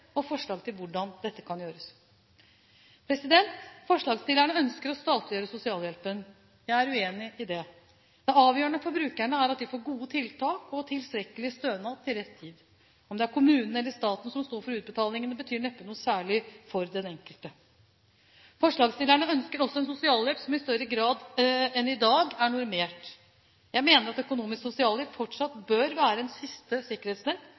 med forslag til hvordan dette kan gjøres». Forslagsstillerne ønsker å statliggjøre sosialhjelpen. Jeg er uenig i det. Det avgjørende for brukerne er at de får gode tiltak og tilstrekkelig stønad til rett tid. Om det er kommunen eller staten som står for utbetalingene, betyr neppe noe særlig for den enkelte. Forslagsstillerne ønsker også en sosialhjelp som i større grad enn i dag er normert. Jeg mener at økonomisk sosialhjelp fortsatt bør være et siste sikkerhetsnett,